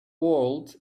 world